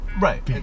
Right